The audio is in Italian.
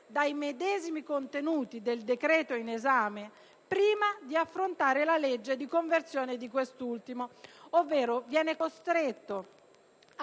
dai medesimi contenuti del decreto in esame prima di affrontare la legge di conversione di quest'ultimo, ovvero, viene costretto ad